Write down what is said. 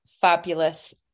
Fabulous